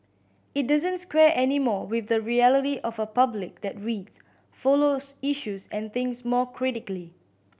it doesn't square anymore with the reality of a public that reads follows issues and thinks more critically